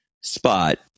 spot